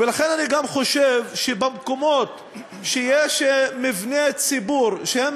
ולכן אני גם חושב שבמקומות שיש בהם מבני ציבור שהם